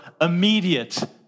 immediate